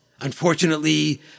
Unfortunately